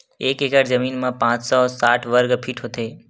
एक एकड़ जमीन मा पांच सौ साठ वर्ग फीट होथे